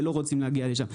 ואנחנו לא רוצים להגיע לשם.